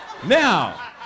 Now